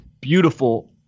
beautiful